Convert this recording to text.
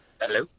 Hello